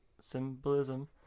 Symbolism